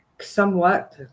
somewhat